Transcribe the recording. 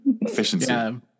Efficiency